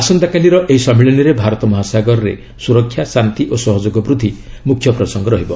ଆସନ୍ତାକାଲିର ଏହି ସମ୍ମିଳନୀରେ ଭାରତ ମହାସାଗରରେ ସୁରକ୍ଷା ଶାନ୍ତି ଓ ସହଯୋଗ ବୃଦ୍ଧି ମୁଖ୍ୟ ପ୍ରସଙ୍ଗ ରହିବ